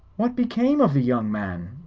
what became of the young man?